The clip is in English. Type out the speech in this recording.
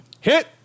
Hit